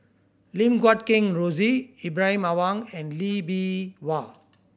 Lim Guat Kheng Rosie Ibrahim Awang and Lee Bee Wah